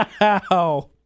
Wow